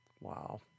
Wow